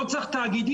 לא צריך תאגידים,